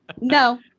no